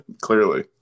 Clearly